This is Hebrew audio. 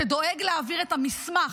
שדואג להעביר את המסמך,